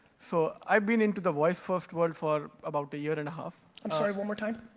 so i've been into the voice-first world for about a year and a half. i'm sorry, one more time.